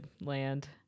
land